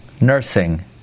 nursing